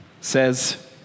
says